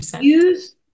use